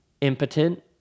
impotent